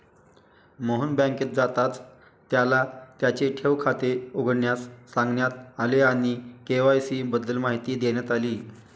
मोहन बँकेत जाताच त्याला त्याचे ठेव खाते उघडण्यास सांगण्यात आले आणि के.वाय.सी बद्दल माहिती देण्यात आली